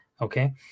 okay